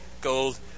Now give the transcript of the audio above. gold